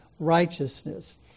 righteousness